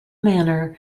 manor